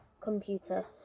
computer